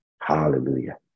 Hallelujah